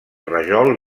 rajol